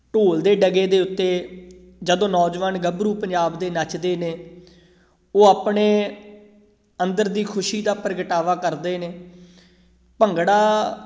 ਢੋਲ ਦੇ ਡਗੇ ਦੇ ਉੱਤੇ ਜਦੋਂ ਨੌਜਵਾਨ ਗੱਭਰੂ ਪੰਜਾਬ ਦੇ ਨੱਚਦੇ ਨੇ ਉਹ ਆਪਣੇ ਅੰਦਰ ਦੀ ਖੁਸ਼ੀ ਦਾ ਪ੍ਰਗਟਾਵਾ ਕਰਦੇ ਨੇ ਭੰਗੜਾ